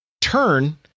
Turn